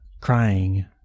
crying